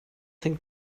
think